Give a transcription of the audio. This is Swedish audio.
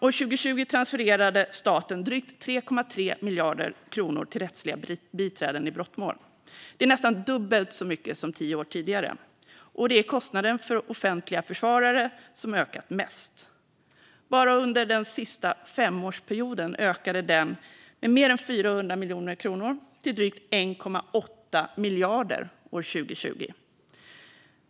År 2020 transfererade staten drygt 3,3 miljarder kronor till rättsliga biträden i brottmål. Det är nästan dubbelt så mycket som tio år tidigare, och det är kostnaden för offentliga försvarare som har ökat mest. Bara under den sista femårsperioden ökade den med mer än 400 miljoner kronor till drygt 1,8 miljarder år 2020.